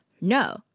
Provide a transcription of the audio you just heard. No